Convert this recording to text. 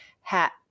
hat